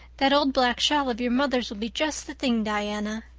that old black shawl of your mother's will be just the thing, diana.